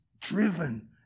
driven